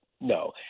No